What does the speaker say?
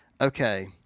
Okay